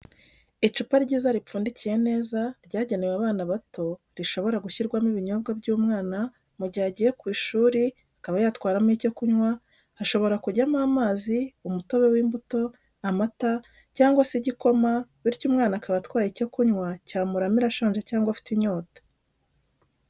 Icupa ryiza ripfundikiye neza ryagenewe abana bato rishobora gushyirwamo ibinyobwa by'umwana mu gihe agiye ku ishuri akaba yatwaramo icyo kunywa hashobora kujyamo amazi umutobe w'imbuto, amata cyangwa se igikoma bityo umwana akaba atwaye icyo kunywa cyamuramira ashonje cyangwa afite inyota